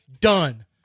done